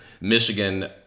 Michigan